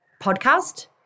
podcast